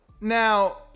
Now